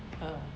uh